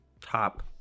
top